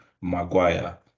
Maguire